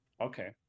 Okay